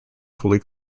fully